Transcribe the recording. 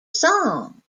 song